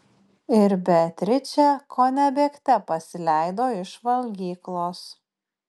ir beatričė kone bėgte pasileido iš valgyklos